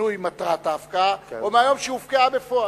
ומשינוי מטרת ההפקעה, או מיום שהופקעה בפועל?